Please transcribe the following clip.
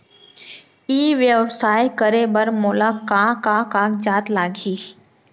ई व्यवसाय करे बर मोला का का कागजात लागही?